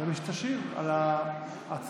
ומי שתשיב על ההצעה,